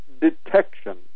Detection